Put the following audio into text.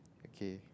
okay